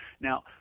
Now